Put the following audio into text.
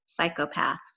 psychopaths